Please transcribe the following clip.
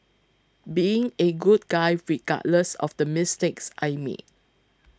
being a good guy regardless of the mistakes I made